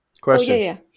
Question